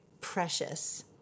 precious